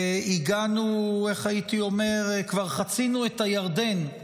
הגענו, איך הייתי אומר, כבר חצינו את הירדן,